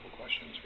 questions